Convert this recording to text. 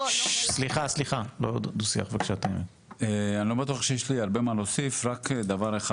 אני לא בטוח שיש לי הרבה מה להוסיף רק דבר אחד,